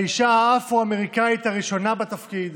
האישה האפרו-אמריקאית הראשונה בתפקיד